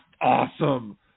awesome